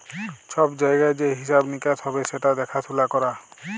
ছব জায়গায় যে হিঁসাব লিকাস হ্যবে সেট দ্যাখাসুলা ক্যরা